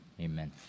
amen